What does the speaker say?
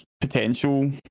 Potential